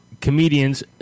comedians